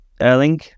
Erling